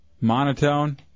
monotone